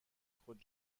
خود